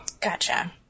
Gotcha